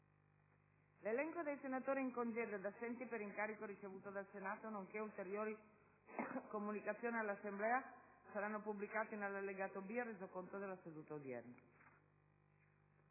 L'elenco dei senatori in congedo e assenti per incarico ricevuto dal Senato, nonché ulteriori comunicazioni all'Assemblea saranno pubblicati nell'allegato B al Resoconto della seduta odierna.